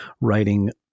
writing